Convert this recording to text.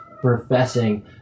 professing